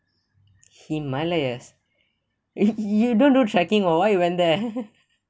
himalayas you don't do trekking oh why you went there